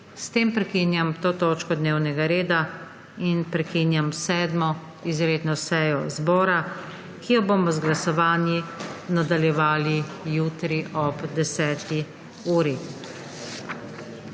S tem prekinjam to točko dnevnega reda. Prekinjam 7. izredno sejo zbora, ki jo bomo z glasovanji nadaljevali jutri ob 10. uri.